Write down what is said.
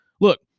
Look